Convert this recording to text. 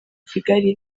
kigali